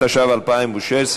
התשע"ו 2016,